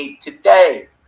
today